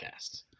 podcast